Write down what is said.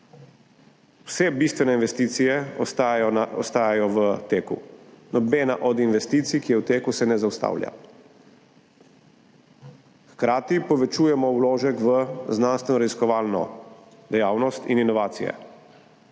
Vse bistvene investicije ostajajo v teku. Nobena od investicij, ki je v teku, se ne zaustavlja. Hkrati povečujemo vložek v znanstvenoraziskovalno dejavnost in inovacije.